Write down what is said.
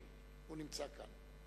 הוא נמצא כאן,